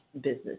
business